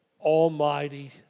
Almighty